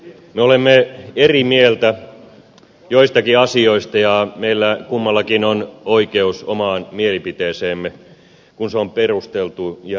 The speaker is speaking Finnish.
me olemme eri mieltä joistakin asioista ja meillä kummallakin on oikeus omaan mielipiteeseemme kun se on perusteltu ja rehellinen